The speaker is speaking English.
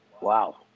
Wow